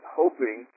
hoping